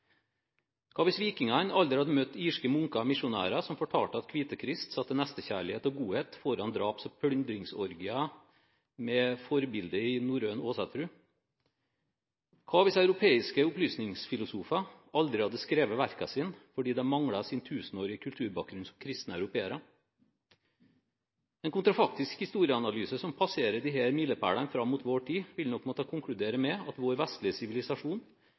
vikingene aldri hadde møtt irske munker og misjonærer som fortalte at Kvitekrist satte nestekjærlighet og godhet foran draps- og plyndringsorgier med forbilde i norrøn åsatro? Hva om europeiske opplysningsfilosofer aldri hadde skrevet verkene sine fordi de manglet sin tusenårige kulturbakgrunn som kristne europeere? En kontrafaktisk historieanalyse som passerer disse milepælene fram